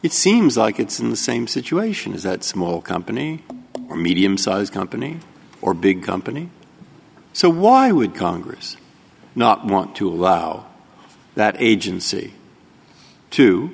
it seems like it's in the same situation is that small company or medium size company or big company so why would congress not want to allow that agency to